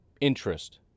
interest